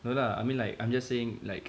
no lah I mean like I'm just saying like